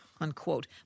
unquote